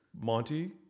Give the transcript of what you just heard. Monty